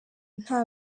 nta